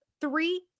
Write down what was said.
three